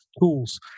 tools